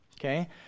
okay